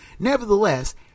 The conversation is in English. Nevertheless